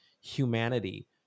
humanity